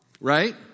right